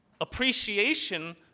appreciation